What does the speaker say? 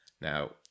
Now